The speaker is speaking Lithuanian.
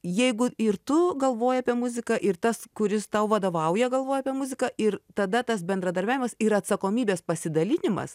jeigu ir tu galvoji apie muziką ir tas kuris tau vadovauja galvoja apie muziką ir tada tas bendradarbiavimas yra atsakomybės pasidalinimas